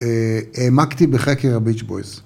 העמקתי בחקר הביץ' בויז.